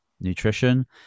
nutrition